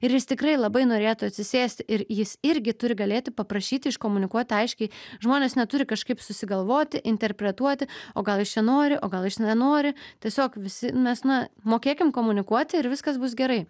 ir jis tikrai labai norėtų atsisėsti ir jis irgi turi galėti paprašyti iškomunikuot aiškiai žmonės neturi kažkaip susigalvoti interpretuoti o gal jis čia nori o gal jis nenori tiesiog visi mes na mokėkim komunikuoti ir viskas bus gerai